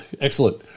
Excellent